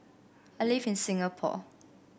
I live in Singapore